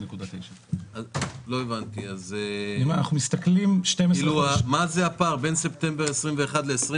העלייה היא של 9.9%. מה הפער בין ספטמבר 2021 ל-2021?